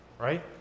Right